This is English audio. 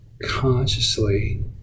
Consciously